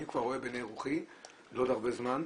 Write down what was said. אני כבר רואה בעיני רוחי, לא להרבה זמן,